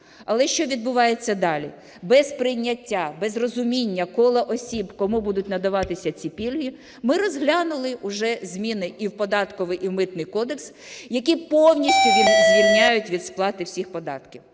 Але що відбувається далі? Без прийняття, без розуміння кола осіб, кому будуть надаватися ці пільги, ми розглянули вже зміни і в Податковий і в Митний кодекси, які повністю звільняють від сплати всіх податків.